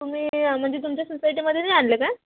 तुम्ही म्हणजे तुमच्या सोसायटीमधे नाही आणलं का